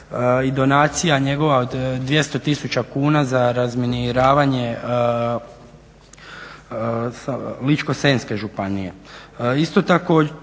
i donacija njegova od 200 tisuća kuna za razminiravanje Ličko-senjske županije.